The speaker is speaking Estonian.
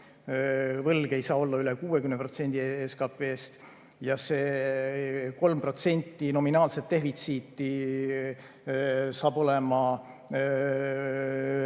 Võlg ei saa olla üle 60% SKP-st. See 3% nominaalset defitsiiti saab meile